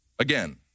Again